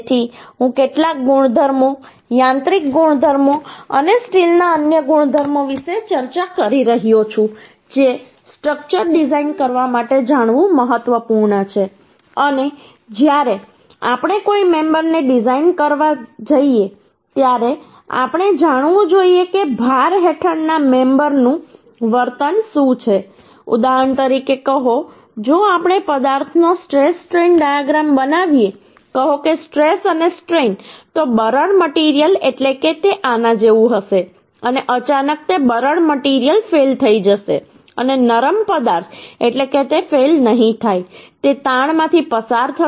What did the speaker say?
તેથી હું કેટલાક ગુણધર્મો યાંત્રિક ગુણધર્મો અને સ્ટીલના અન્ય ગુણધર્મો વિશે ચર્ચા કરી રહ્યો છું જે સ્ટ્રક્ચર ડિઝાઇન કરવા માટે જાણવું મહત્વપૂર્ણ છે અને જ્યારે આપણે કોઈ મેમબરને ડિઝાઇન કરવા જઈએ ત્યારે આપણે જાણવું જોઈએ કે ભાર હેઠળના મેમબરનું વર્તન શું છે ઉદાહરણ તરીકે કહો જો આપણે પદાર્થનો સ્ટ્રેસ સ્ટ્રેઈન ડાયાગ્રામ બનાવીએ કહો કે સ્ટ્રેસ અને સ્ટ્રેઈન તો બરડ મટીરીયલ એટલે કે તે આના જેવું હશે અને અચાનક તે બરડ મટીરીયલ ફેઈલ થઈ જશે અને નરમ પદાર્થ એટલે કે તે ફેઈલ નહિ થાય તે તાણમાંથી પસાર થશે